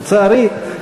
לצערי,